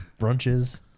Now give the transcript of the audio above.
brunches